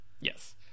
yes